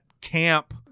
camp